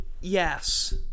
Yes